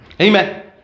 Amen